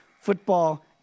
football